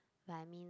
but I mean